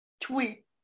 tweet